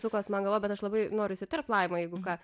sukos man galvoj bet aš labai noriu įsiterpt laima jeigu ką